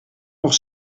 nog